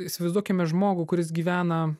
įsivaizduokime žmogų kuris gyvena